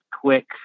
quick